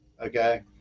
Okay